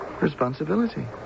Responsibility